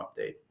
update